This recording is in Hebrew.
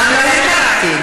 גם להם קראתי.